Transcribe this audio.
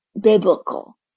biblical